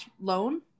loan